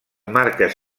marques